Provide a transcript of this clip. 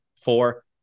four